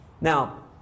Now